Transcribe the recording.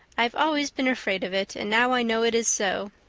i've always been afraid of it, and now i know it is so.